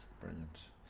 Brilliant